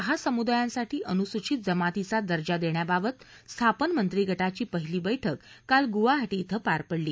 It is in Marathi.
आसामध्ये सहा समुदायांना अनुसूचित जमातीचा दर्जा देण्याबाबत स्थापन मंत्रिगटाची पहिली बैठक काल गुवाहाटी धिं पार पडली